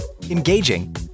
engaging